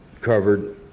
covered